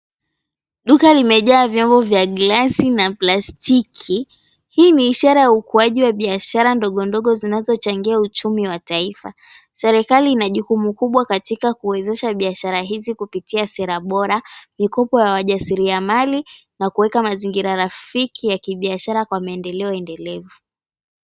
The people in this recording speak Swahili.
Duka limejaa vyombo vya galasi na plastiki. Hii ni ishara ya ukuaji wa biashara ndogondogo zinazochangia uchumi wa taifa. Serikali ina jukumu kubwa katika kuwezesha biashara hizi kupitia sera bora, mikopo ya wajasiliamali na kuweka mazingira rafiki ya kibiashara kwa maendeleo endelevu.